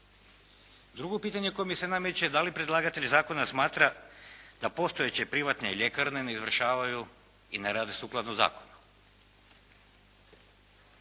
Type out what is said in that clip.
Drugo pitanje koje mi se nameće da li predlagatelj zakona smatra da postojeće privatne ljekarne ne izvršavaju i ne rade sukladno zakonu.